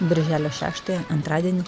birželio šeštąją antradienį